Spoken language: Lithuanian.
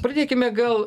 pradėkime gal